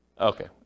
Okay